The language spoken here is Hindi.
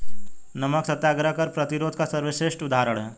नमक सत्याग्रह कर प्रतिरोध का सर्वश्रेष्ठ उदाहरण है